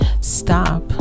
stop